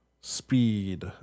Speed